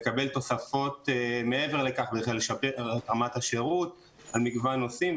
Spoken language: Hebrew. לקבל תוספות מעבר לכך כדי לשפר את רמת השירות על מגוון נושאים.